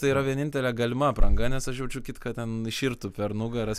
tai yra vienintelė galima apranga nes aš jaučiu kitką ten iširtų per nugaras